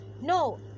no